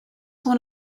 one